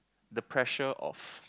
the pressure of